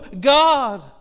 God